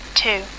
two